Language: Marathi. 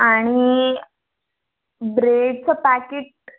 आणि ब्रेडचं पॅकेट